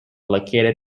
located